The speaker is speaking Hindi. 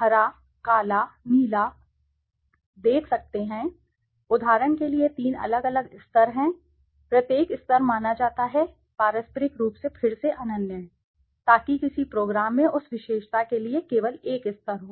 हरा काला नीला देख सकते हैं उदाहरण के लिए तीन अलग अलग स्तर हैं प्रत्येक स्तर माना जाता है पारस्परिक रूप से फिर से अनन्य ताकि किसी प्रोग्राम में उस विशेषता के लिए केवल एक स्तर हो